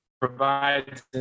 provides